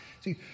see